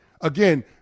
Again